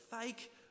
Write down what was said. fake